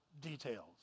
details